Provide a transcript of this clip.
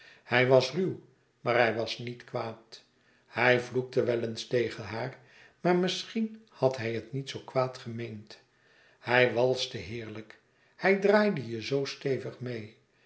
hij was ruw maar hij was niet kwaad hij vloekte wel eens tegen haar maar misschien had hij het niet zoo kwaad gemeend hij walste heerlijk hij draaide je zoo stevig meê